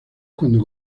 cuando